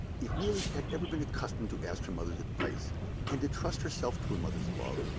if neelie had ever been accustomed to ask her mother's advice and to trust herself to her mother's love,